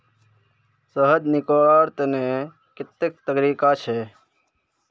शहद निकलव्वार तने कत्ते तरीका छेक?